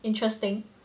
interesting